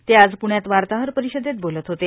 ते आज प्रण्यात वार्ताहर परिषदेत बोलत होते